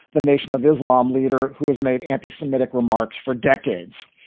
the nation of islam leader who has made anti-semitic remarks for decades.